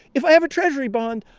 if i have a treasury bond,